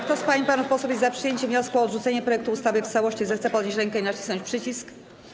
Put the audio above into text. Kto z pań i panów posłów jest za przyjęciem wniosku o odrzucenie projektu ustawy w całości, zechce podnieść rękę i nacisnąć przycisk.